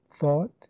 thought